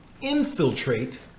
infiltrate